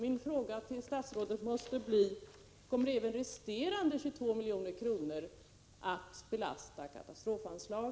Min fråga till statsrådet måste bli: Kommer även resterande 22 milj.kr. att belasta katastrofanslaget?